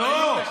לא,